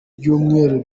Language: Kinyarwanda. ibyumweru